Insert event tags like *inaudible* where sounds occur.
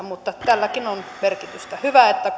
*unintelligible* mutta tälläkin on merkitystä hyvä että *unintelligible*